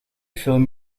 film